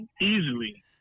easily